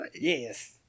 Yes